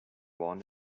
born